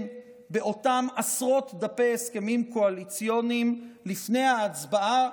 באותם עשרות דפי הסכמים קואליציוניים לפני ההצבעה,